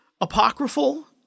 apocryphal